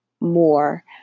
more